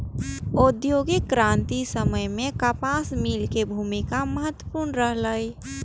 औद्योगिक क्रांतिक समय मे कपास मिल के भूमिका महत्वपूर्ण रहलै